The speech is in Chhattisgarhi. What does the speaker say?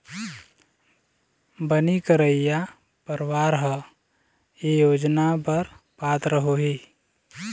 बनी करइया परवार ह ए योजना बर पात्र होही